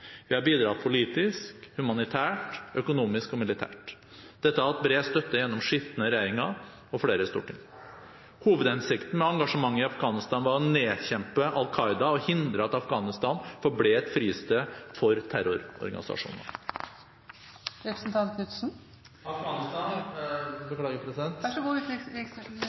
Vi har bidratt politisk, humanitært, økonomisk og militært. Dette har hatt bred støtte gjennom skiftende regjeringer og flere storting. Hovedhensikten med engasjementet i Afghanistan var å nedkjempe Al Qaida og hindre at Afghanistan forble et fristed for terrororganisasjoner. Afghanistan